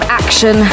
action